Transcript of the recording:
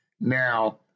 Now